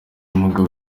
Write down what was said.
mugabo